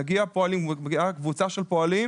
מגיעה קבוצה של פועלים.